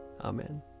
Amen